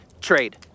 Trade